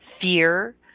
fear